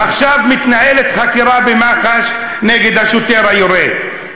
עכשיו מתנהלת חקירה במח"ש נגד השוטר היורה,